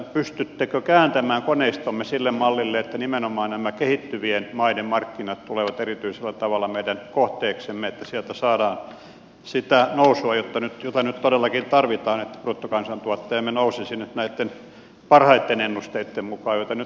pystyttekö kääntämään koneistomme sille mallille että nimenomaan nämä kehittyvien maiden markkinat tulevat erityisellä tavalla meidän kohteeksemme että sieltä saadaan sitä nousua jota nyt todellakin tarvitaan että bruttokansantuotteemme nousisi nyt näitten parhaitten ennusteitten mukaan joita nyt on saatavissa